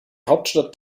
hauptstadt